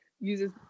uses